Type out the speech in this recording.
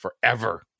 forever